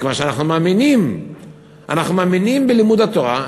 מכיוון שאנחנו מאמינים בלימוד התורה,